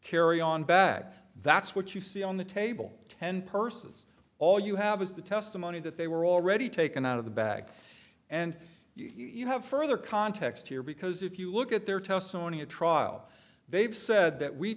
carry on bag that's what you see on the table ten purses all you have is the testimony that they were already taken out of the back and you have further context here because if you look at their testimony at trial they've said that we